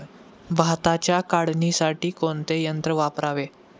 भाताच्या काढणीसाठी कोणते यंत्र वापरावे?